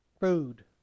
food